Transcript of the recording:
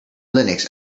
linux